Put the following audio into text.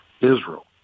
Israel